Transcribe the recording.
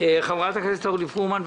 חברת הכנסת אורלי פרומן.